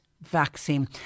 vaccine